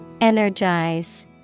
Energize